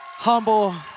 Humble